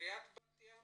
עירית בת ים